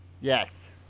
Yes